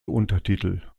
untertitel